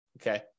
okay